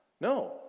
No